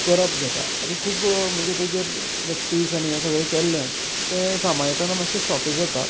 करप जाता आनी तेजेर खूब अ प्रेक्टीस आनी हे सगळें केल्ल्यान तें सांबाळटाना मात्शें सोंपें जाता